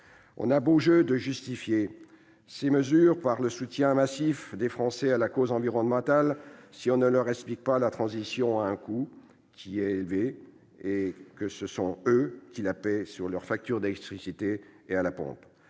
On a beau jeu de justifier ces mesures par le soutien massif des Français à la cause environnementale, mais on ne leur explique pas que la transition a un coût, qu'il est élevé, et que ce sont eux qui la paient sur leur facture d'électricité et à la pompe.